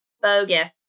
bogus